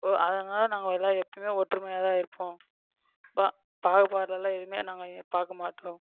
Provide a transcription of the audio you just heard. அதனால நாங்கள் எல்லாம் எப்போயுமே ஒற்றுமையாகதான் இருப்போம் பா பாகுபாடெல்லாம் எதுவுமே நாங்கள் பார்க்கமாட்டோம்